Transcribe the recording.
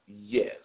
Yes